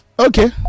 Okay